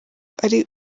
ari